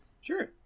Sure